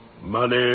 Money